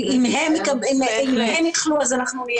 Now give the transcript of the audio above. אם הם יחלו, אז אנחנו נהיה בבעיה.